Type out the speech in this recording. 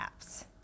apps